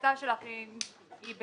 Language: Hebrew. ההצעה שלך היא בסדר,